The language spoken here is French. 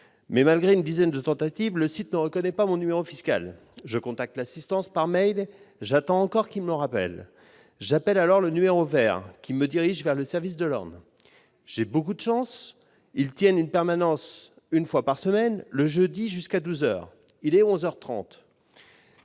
mais, malgré une dizaine de tentatives, le site ne reconnaît pas mon numéro fiscal. Je contacte alors l'assistance par courriel ; j'attends encore que l'on me rappelle. Je contacte alors le numéro vert, qui me dirige vers le service de l'Orne ; j'ai beaucoup de chance, celui-ci tient une permanence une fois par semaine, le jeudi jusqu'à midi et il